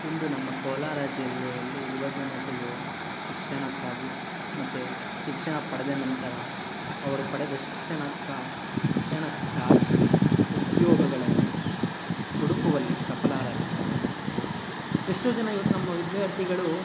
ಇಂದು ನಮ್ಮ ಕೋಲಾರ ಜಿಲ್ಲೆಯಲ್ಲಿ ಯುವ ಜನತೆಯು ಶಿಕ್ಷಣಕ್ಕಾಗಿ ಮತ್ತು ಶಿಕ್ಷಣ ಪಡೆದ ನಂತರ ಅವರು ಪಡೆದ ಶಿಕ್ಷಣಕ್ಕೆ ಶಿಕ್ಷಣಕ್ಕಾಗಿ ಉದ್ಯೋಗಗಳನ್ನು ಹುಡುಕುವಲ್ಲಿ ಸಫಲರಾಗಿದ್ದಾರೆ ಎಷ್ಟೋ ಜನ ಇವತ್ತು ನಮ್ಮ ವಿದ್ಯಾರ್ಥಿಗಳು